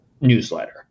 newsletter